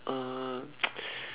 uh